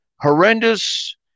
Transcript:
horrendous